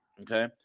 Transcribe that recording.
Okay